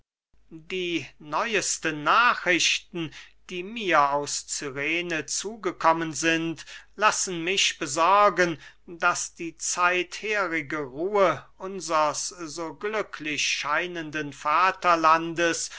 die neuesten nachrichten die mir aus cyrene zugekommen sind lassen mich besorgen daß die zeitherige ruhe unsers so glücklich scheinenden vaterlandes